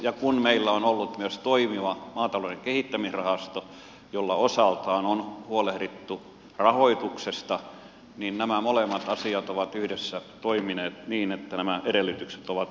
ja kun meillä on ollut myös toimiva maatalouden kehittämisrahasto jolla osaltaan on huolehdittu rahoituksesta niin nämä molemmat asiat ovat yhdessä toimineet niin että nämä edellytykset ovat olleet kunnossa